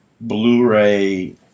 Blu-ray